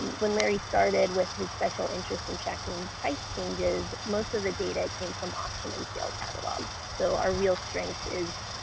when larry started with his special interest in checking price changes, most of the data came from auction and sale catalogs. so our real strength is